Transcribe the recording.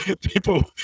people